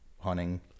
hunting